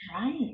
right